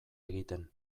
egiten